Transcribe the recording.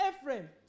Ephraim